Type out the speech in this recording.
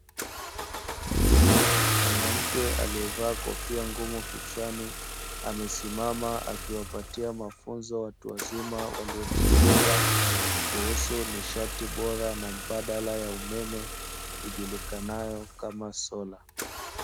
Mwanamke aliyevaa kofia ngumu kichwani amesimama akiwapatia mafunzo watu wazima waliomzunguka, kuhusu nishati bora na mbadala wa umeme ijulikanayo kama sola.